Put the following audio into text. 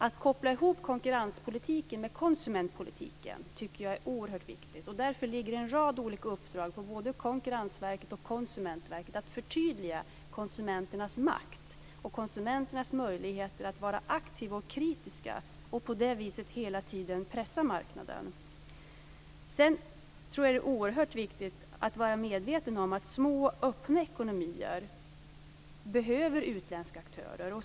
Att koppla ihop konkurrenspolitiken med konsumentpolitiken tycker jag är oerhört viktigt, och därför ligger det en rad uppdrag både på Konkurrensverket och på Konsumentverket att förtydliga konsumenternas makt och deras möjligheter att vara aktiva och kritiska och på det sättet hela tiden pressa marknaden. Jag tror också att det är oerhört viktigt att vara medveten om att små öppna ekonomier behöver utländska aktörer.